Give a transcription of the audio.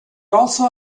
also